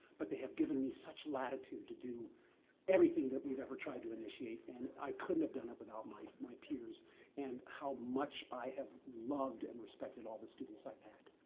but they have given me such latitude to do everything that we've ever tried to initiate and i couldn't have done it without my my peers and how much i have and respected all the students i've had.